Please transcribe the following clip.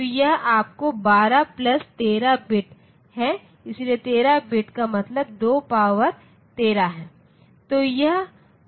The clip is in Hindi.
तो यह आपका 12 प्लस 13 बिट है इसलिए 13 बिट का मतलब 2 पावर 13 है